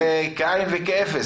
זה כאין וכאפס.